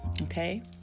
okay